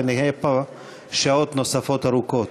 ונהיה פה שעות נוספות ארוכות.